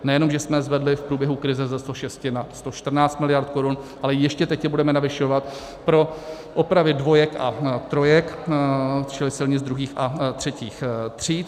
Nejenže jsme je zvedli v průběhu krize ze 106 na 114 mld. korun, ale ještě teď je budeme navyšovat pro opravy dvojek a trojek, čili silnic druhých a třetích tříd.